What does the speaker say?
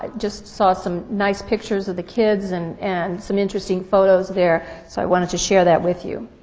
just saw some nice pictures of the kids and and some interesting photos there, so i wanted to share that with you.